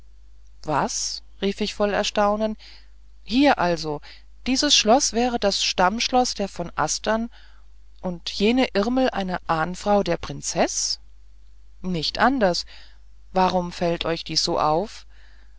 was rief ich voll erstaunen hier also dieses schloß wäre das stammschloß der von astern und jene irmel eine ahnfrau der prinzeß nicht anders warum fällt euch dies so auf